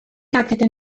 كعكة